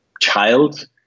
child